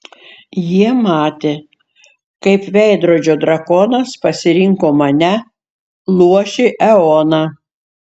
jie matė kaip veidrodžio drakonas pasirinko mane luošį eoną